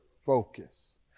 focus